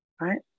right